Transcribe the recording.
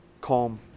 calm